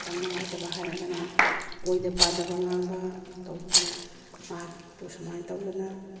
ꯌꯥꯝ ꯅꯨꯡꯉꯥꯏꯇꯕ ꯍꯥꯏꯔꯒꯅ ꯑꯣꯏꯗ ꯄꯥꯗꯕ ꯉꯥꯡꯕ ꯇꯧꯕꯤꯗꯅ ꯃꯍꯥꯛꯄꯨ ꯁꯨꯃꯥꯏꯅ ꯇꯧꯗꯅ